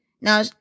Now